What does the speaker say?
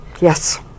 Yes